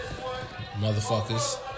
Motherfuckers